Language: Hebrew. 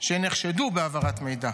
שנחשדו בהעברת מידע.